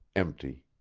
empty.